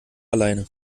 alleine